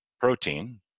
protein